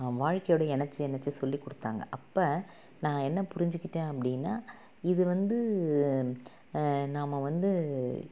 வாழ்க்கையோடு இணச்சு இணச்சு சொல்லி கொடுத்தாங்க அப்போ நான் என்ன புரிஞ்சுக்கிட்டேன் அப்படின்னா இது வந்து நாம் வந்து